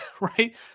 right